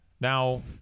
Now